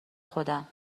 خودم